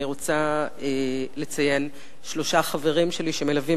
אני רוצה לציין שלושה חברים שלי שמלווים